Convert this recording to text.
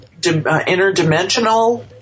interdimensional